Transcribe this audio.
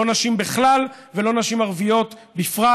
לא נשים בכלל ולא נשים ערביות בפרט.